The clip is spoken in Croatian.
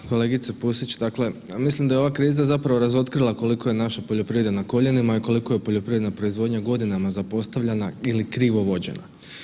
Pa kolegice Pusić, mislim da je ova kriza zapravo razotkrila koliko je naša poljoprivreda na koljenima i koliko je poljoprivredna proizvodnja godinama zapostavljena ili krivo vođena.